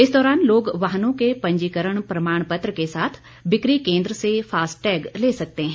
इस दौरान लोग वाहनों के पंजीकरण प्रमाणपत्र के साथ बिकी केन्द्र से फास्टैग ले सकते हैं